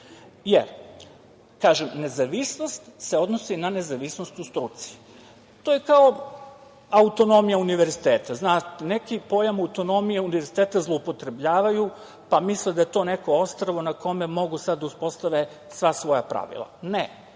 jer, kažem, nezavisnost se odnosi na nezavisnost u struci. To je kao autonomija univerziteta. Znate, neki pojam autonomije univerziteta zloupotrebljavaju, pa misle da je to neko ostrvo na kome mogu sad da uspostave sva svoja pravila. Ne, oni